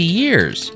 years